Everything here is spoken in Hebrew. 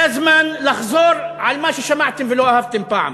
זה הזמן לחזור על מה ששמעתם ולא אהבתם פעם.